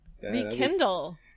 Rekindle